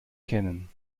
kennen